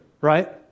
right